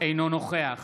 אינו נוכח